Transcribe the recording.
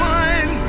one